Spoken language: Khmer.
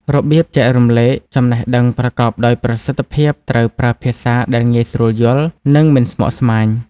របៀបចែករំលែកចំណេះដឹងប្រកបដោយប្រសិទ្ធភាពត្រូវប្រើភាសាដែលងាយស្រួលយល់ និងមិនស្មុគស្មាញ។